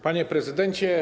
Panie Prezydencie!